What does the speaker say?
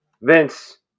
Vince